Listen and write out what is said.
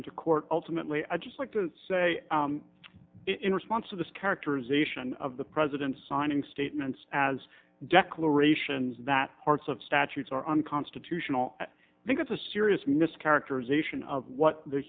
into court ultimately i just like to say in response to this characterization of the president signing statements as declarations that parts of statutes are unconstitutional i think it's a serious mischaracterization of what the